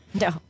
No